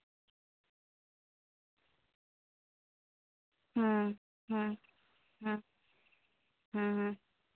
ᱦᱩᱸ ᱦᱩᱸ ᱦᱩᱸ ᱦᱩᱸ ᱦᱩᱸ